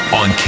on